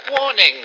warning